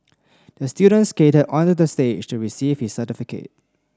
the student skated onto the stage to receive his certificate